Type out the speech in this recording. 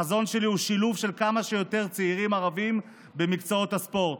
החזון שלי הוא שילוב של כמה שיותר צעירים ערבים במקצועות הספורט.